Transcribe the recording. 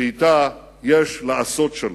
שאתה יש לעשות שלום.